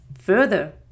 further